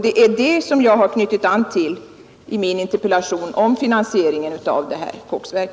Det är det som jag har knutit an till i min interpellation om finansieringen av detta koksverk.